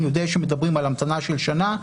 אני יודע שמדברים על המתנה של שנה.